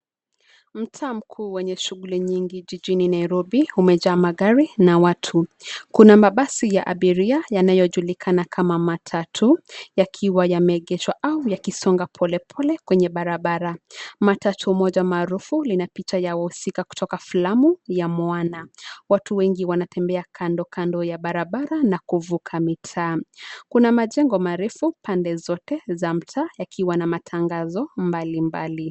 Mtaa mkuu wenye shughuli nyingi jijini Nairobi umejaa magari na watu, kuna mabasi ya abiria yanayojulikana kama matatu yakiwa yameegeshwa au yakisonga polepole kwenye barabara. Matatu moja marufu lina picha ya wahusika kutoka filamu ya Moana. Watu wengi wanatembea kando kando ya barabara na kuvuka mitaa. Kuna majengo marefu pande zote za mtaa yakiwa na matangazo mbalimbali.